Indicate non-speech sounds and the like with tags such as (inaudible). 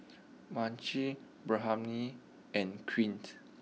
Mychal (unintelligible) and Quint